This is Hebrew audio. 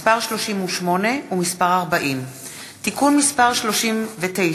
מס' 38 ומס' 40. תיקון מס' 39,